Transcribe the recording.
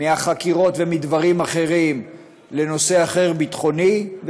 מהחקירות או מדברים אחרים לנושא אחר ביטחוני,